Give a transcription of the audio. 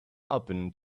open